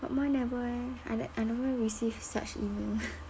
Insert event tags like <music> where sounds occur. but mine never eh I ne~ I never receive such email <laughs>